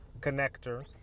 connector